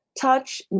Touch